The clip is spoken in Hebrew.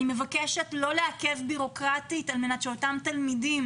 אני מבקשת לא לעכב בירוקרטית כדי שאותם תלמידים